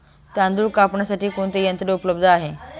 तांदूळ कापण्यासाठी कोणते यंत्र उपलब्ध आहे?